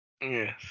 Yes